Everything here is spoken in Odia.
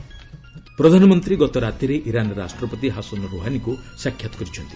ପ୍ରଧାନମନ୍ତ୍ରୀ ଗତରାତିରେ ଇରାନ୍ ରାଷ୍ଟ୍ରପତି ହାସନ୍ ରୋହାନୀଙ୍କୁ ସାକ୍ଷାତ୍ କରିଛନ୍ତି